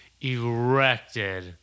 Erected